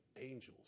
angels